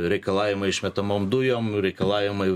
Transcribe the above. reikalavimai išmetamom dujom reikalavimai